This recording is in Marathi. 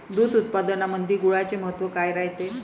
दूध उत्पादनामंदी गुळाचे महत्व काय रायते?